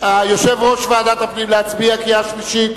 יושב-ראש ועדת הפנים, להצביע קריאה שלישית?